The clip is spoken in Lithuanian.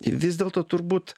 vis dėlto turbūt